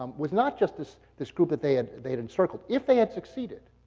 um was not just this this group that they had they had encircled. if they had succeeded,